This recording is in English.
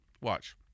Watch